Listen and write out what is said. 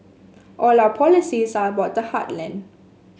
all our policies are about the heartland